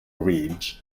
ridge